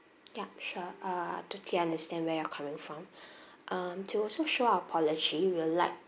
yup sure uh totally understand where you're coming from um to also show our apology we'll like